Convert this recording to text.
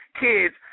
kids